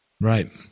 Right